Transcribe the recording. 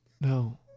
no